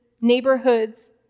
neighborhoods